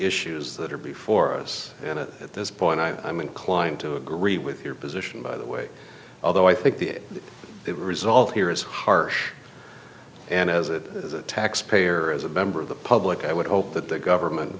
issues that are before us and at this point i'm inclined to agree with your position by the way although i think the result here is harsh and as a taxpayer as a member of the public i would hope that the government